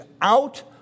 out